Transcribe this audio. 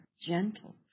gentle